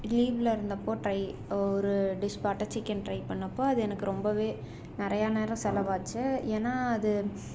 லீவில் இருந்தப்போ ட்ரை ஒரு டிஷ் பட்டர் சிக்கன் ட்ரை பண்ணப்போ அது எனக்கு ரொம்ப நிறைய நேரம் செலவாச்சு ஏன்னா அது